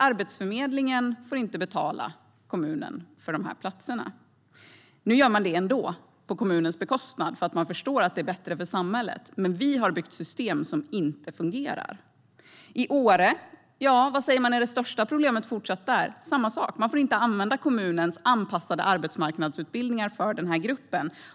Arbetsförmedlingen får inte betala kommunen för de platserna. Men nu gör man det ändå, på kommunens bekostnad, eftersom man förstår att det är bättre för samhället. Men vi har byggt system som inte fungerar. I Åre säger man att det största problemet fortsätter att vara samma sak: Man får inte använda kommunens anpassade arbetsmarknadsutbildningar för den här gruppen.